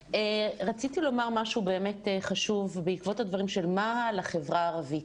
רציתי לומר משהו באמת חשוב בעקבות הדברים של מהא על החברה הערבית.